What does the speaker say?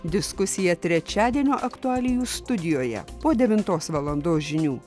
diskusija trečiadienio aktualijų studijoje po devintos valandos žinių